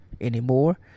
anymore